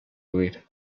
huir